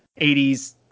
80s